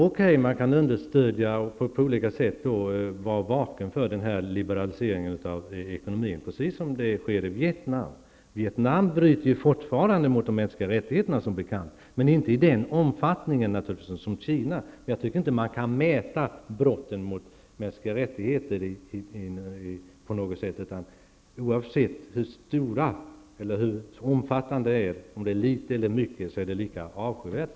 Okej, man kan understödja och vara vaken inför den liberalisering av ekonomin som pågår, precis som i Vietnam. Vietnam förbryter sig som bekant fortfarande mot de mänskliga rättigheterna, men inte i samma omfattning som Kina. Man kan enligt min uppfattning inte mäta brotten mot mänskliga rättigheter, utan oavsett hur omfattande de är, om de är stora eller små, så är de lika avskyvärda.